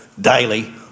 daily